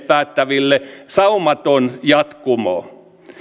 päättäville saumaton jatkumo